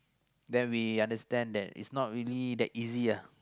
then we understand that is not really that easy ah